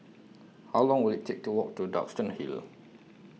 How Long Will IT Take to Walk to Duxton Hill